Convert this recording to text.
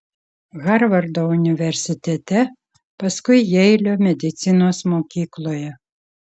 harvardo universitete paskui jeilio medicinos mokykloje